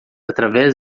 através